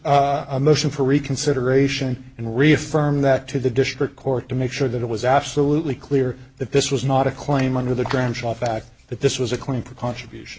a motion for reconsideration and reaffirm that to the district court to make sure that it was absolutely clear that this was not a claim under the grandchild fact that this was a claim for contribution